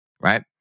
right